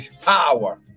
power